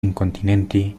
incontinenti